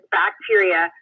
bacteria